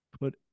put